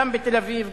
גם בתל-אביב,